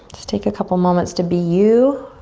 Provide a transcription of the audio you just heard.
just take a couple moments to be you,